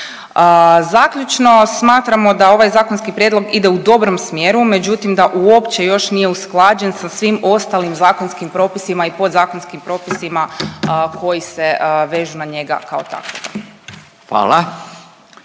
Zaključno, smatramo da ovaj zakonski prijedlog ide u dobrom smjeru, međutim da uopće još nije usklađen sa svim ostalim zakonskim propisima i podzakonskim propisima koji se vežu na njega kao takvoga.